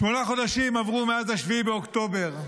שמונה חודשים עברו מאז 7 באוקטובר.